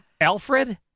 Alfred